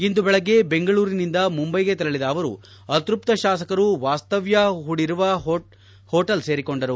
ಇಂದು ಬೆಳಿಗ್ಗೆ ಬೆಂಗಳೂರಿನಿಂದ ಮುಂಬೈಗೆ ತೆರಳದ ಅವರು ಅತೃಪ್ತ ಶಾಸಕರು ವಾಸ್ತವ್ದ ಹೂಡಿರುವ ಹೋಟೆಲ್ ಸೇರಿಕೊಂಡರು